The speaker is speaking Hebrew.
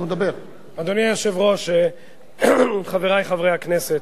אדוני היושב-ראש, חברי חברי הכנסת,